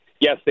yes